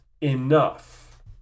enough